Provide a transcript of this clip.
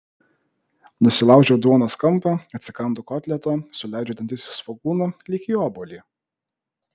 nusilaužiu duonos kampą atsikandu kotleto suleidžiu dantis į svogūną lyg į obuolį